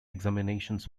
examinations